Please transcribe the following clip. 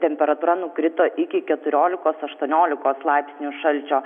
temperatūra nukrito iki keturiolikos aštuoniolikos laipsnių šalčio